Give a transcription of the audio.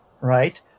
right